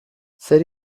zer